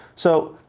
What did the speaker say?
so,